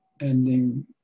ending